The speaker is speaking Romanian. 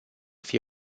fie